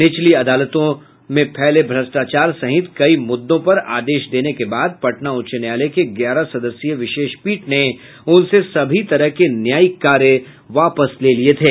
निचली अदालतों में फैले भ्रष्टाचार सहित कई मुद्दों पर आदेश देने के बाद पटना उच्च न्यायालय के ग्यारह सदस्यीय विशेष पीठ ने उनसे सभी तरह के न्यायिक कार्य वापस ले लिये थे